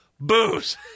Booze